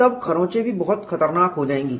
तब खरोंचें भी बहुत खतरनाक हो जायेंगी